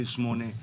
בגיל שמונה,